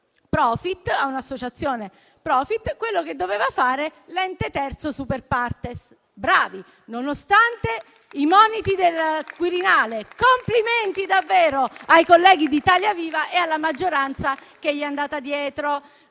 a una società *profit* quello che doveva fare l'ente terzo *super partes*. Bravi! Questo nonostante i moniti del Quirinale. Complimenti davvero ai colleghi di Italia Viva e alla maggioranza che gli è andata dietro.